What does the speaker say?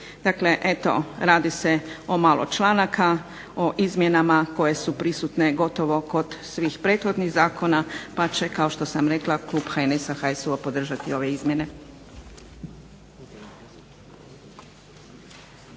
Dakle, eto radi se o malo članaka, o izmjenama koje su prisutne gotovo kod svih prethodnih zakona pa će kao što sam rekla klub HNS-HSU-a podržati ove izmjene.